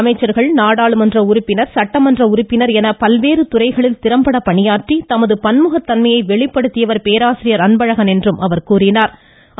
அமைச்சர் நாடாளுமன்ற உறுப்பினர் சட்டமன்ற உறுப்பினர் என பல்வேறு துறைகளில் திறம்பட பணியாற்றி தமது பன்முகத்தன்மையை வெளிப்படுத்தியவர் பேராசிரியர் அன்பழகன் என்றும் கூறினாா்